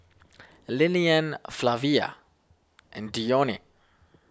Lilian Flavia and Dione